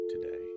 today